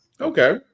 Okay